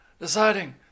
Deciding